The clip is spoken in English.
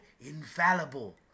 infallible